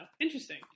interesting